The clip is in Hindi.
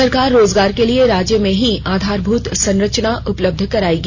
सरकार रोजगार के लिए राज्य में ही आधारभूत संरचना उपलब्ध कराएगी